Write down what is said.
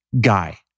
guy